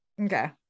Okay